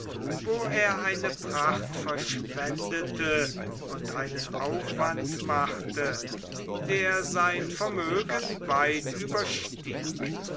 wo er eine pracht verschwendete und einen aufwand machte der sein vermögen weit überstieg